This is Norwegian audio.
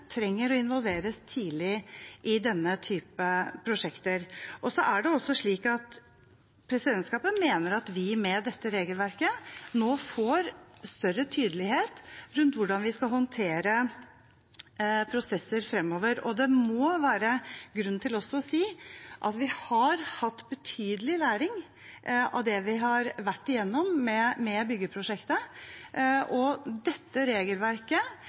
trenger å involveres tidlig i denne type prosjekter. Presidentskapet mener at vi med dette regelverket nå får større tydelighet rundt hvordan vi skal håndtere prosesser fremover, og det må også være grunn til å si at vi har hatt betydelig læring av det vi har vært igjennom med byggeprosjektet. Jeg mener at dette regelverket,